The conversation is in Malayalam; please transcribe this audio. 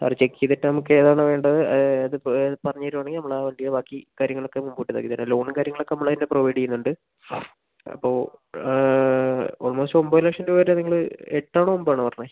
സാറ് ചെക്ക് ചെയ്തിട്ട് നമുക്ക് ഏതാണ് വേണ്ടത് അത് ഇപ്പോൾ അത് പറഞ്ഞുതരുവാണെങ്കിൽ നമ്മൾ ആ വണ്ടീടെ ബാക്കി കാര്യങ്ങളൊക്കെ മുമ്പോട്ട് ഇത് ആക്കിത്തെരാം ലോണും കാര്യങ്ങളൊക്കെ നമ്മൾ തന്നെ പ്രൊവൈഡ് ചെയ്യുന്നുണ്ട് അപ്പോൾ ഓൾമോസ്റ്റ് ഒമ്പത് ലക്ഷം രൂപേൻ്റെ നിങ്ങൾ എട്ട് ആണോ ഒമ്പത് ആണോ പറഞ്ഞേ